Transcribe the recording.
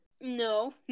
No